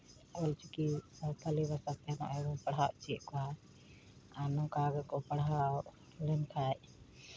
ᱚᱞᱪᱤᱠᱤ ᱥᱟᱱᱛᱟᱲᱤ ᱵᱷᱟᱥᱟ ᱛᱮᱦᱚᱸ ᱟᱵᱚ ᱵᱚᱱ ᱯᱟᱲᱦᱟᱣ ᱦᱚᱪᱚᱭᱮᱜ ᱠᱚᱣᱟ ᱟᱨ ᱱᱚᱝᱠᱟ ᱜᱮᱠᱚ ᱯᱟᱲᱦᱟᱣ ᱞᱮᱱᱠᱷᱟᱡ